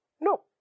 No